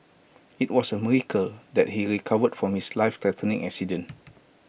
IT was A miracle that he recovered from his lifethreatening accident